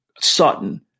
Sutton